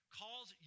calls